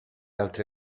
altri